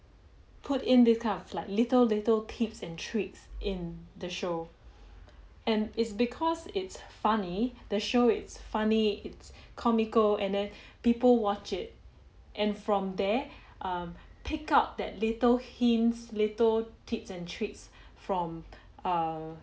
put in these kind of like little little tips and tricks in the show and is because it's funny the show it's funny it's comical and then people watch it and from there um pick up that little hints little tips and tricks from err